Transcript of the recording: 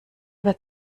wird